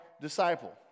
disciple